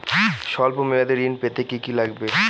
সল্প মেয়াদী ঋণ পেতে কি কি লাগবে?